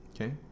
Okay